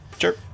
Sure